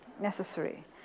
necessary